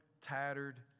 tattered